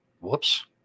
Whoops